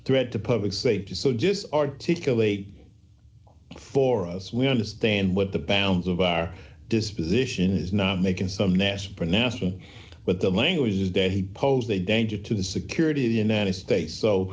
threat to public safety so just articulate for us we understand what the bounds of our disposition is not making some nasa pronouncement but the language is dead he posed a danger to the security of the united states so